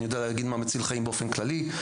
אני יודע להגיד מה מציל חיים באופן כללי.